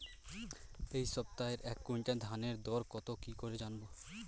এই সপ্তাহের এক কুইন্টাল ধানের গর দর কত কি করে জানবো?